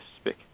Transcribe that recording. speak